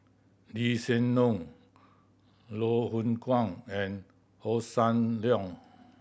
Lee Hsien Loong Loh Hoong Kwan and Hossan Leong